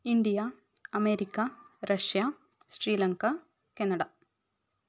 India America Russia Sri Lanka Canada